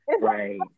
Right